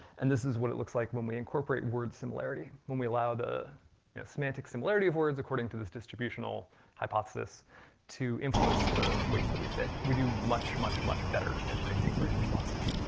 and this is what it looks like when we incorporate word similarity, when we allow the semantic similarity of words according to this distributional hypothesis to influence the weights that we fit. we do much, much, much better at predicting brain responses.